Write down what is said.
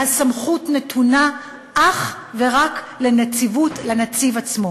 והסמכות נתונה אך ורק לנציב עצמו.